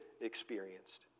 experienced